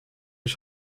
ich